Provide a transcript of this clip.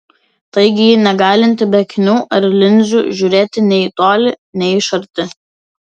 taigi ji negalinti be akinių ar linzių žiūrėti nei į tolį nei iš arti